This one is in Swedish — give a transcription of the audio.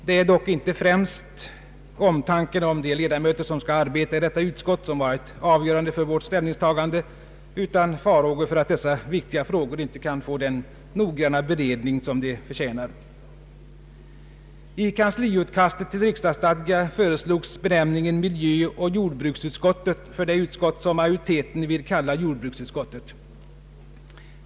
Det är dock inte främst omtanken om de ledamöter som skall arbeta i detta utskott som varit avgörande för vårt ställningstagande utan farhågor för att dessa viktiga frågor inte kan få den noggranna beredning som de förtjänar. I kansliutkastet till riksdagsstadga föreslogs benämningen miljövårdsoch jordbruksutskottet för det utskott som majoriteten vill kalla jordbruksutskottet.